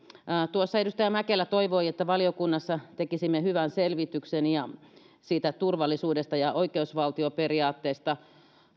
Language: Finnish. edustaja mäkelä toivoi että valiokunnassa tekisimme hyvän selvityksen turvallisuudesta ja oikeusvaltioperiaatteesta